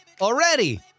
Already